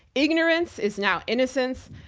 ignorance is now innocence.